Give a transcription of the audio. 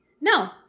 No